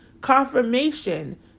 confirmation